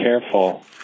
careful